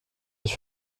ich